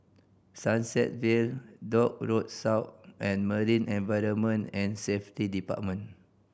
Sunset Vale Dock Road South and Marine Environment and Safety Department